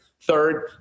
Third